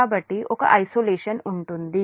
కాబట్టి ఒక ఒంటరితనం ఉంటుంది